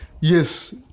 yes